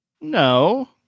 No